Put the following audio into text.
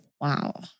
Wow